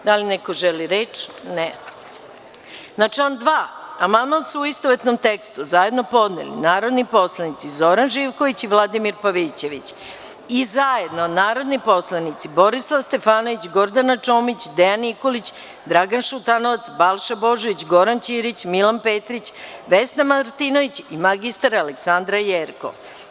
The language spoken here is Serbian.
Da li neko želi reč? (Ne) Na član 2. amandman su, u istovetnom tekstu, zajedno podneli narodni poslanici Zoran Živković i Vladimir Pavićević i zajedno narodni poslanici Borislav Stefanović, Gordana Čomić, Dejan Nikolić, Dragan Šutanovac, Balša Božović, Goran Ćirić, Milan Petrić, Vesna Martinović i mr Aleksandara Jerkov.